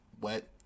wet